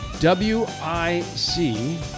W-I-C